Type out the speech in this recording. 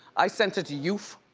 i sent it to youf.